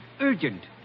urgent